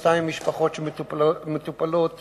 200 משפחות מטופלות